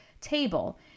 table